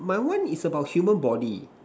my one is about human body